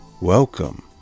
welcome